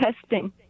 testing